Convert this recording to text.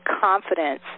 confidence